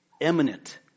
eminent